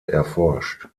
erforscht